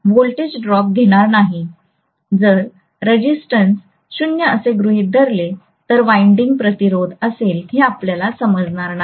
जर रेजिस्टन्स 0 असे गृहित धरले तर वाईडिंग प्रतिरोध असेल हे आपल्याला समजणार नाही